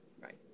Right